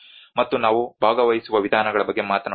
ಮತ್ತು ನಾವು ಭಾಗವಹಿಸುವ ವಿಧಾನಗಳ ಬಗ್ಗೆ ಮಾತನಾಡುತ್ತೇವೆ